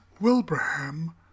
Wilbraham